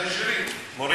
נו.